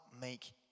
make